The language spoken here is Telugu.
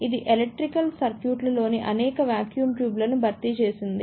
ఇది ఎలక్ట్రానిక్ సర్క్యూట్లలోని అనేక వాక్యూమ్ ట్యూబ్ లను భర్తీ చేసింది